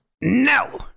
No